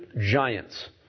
giants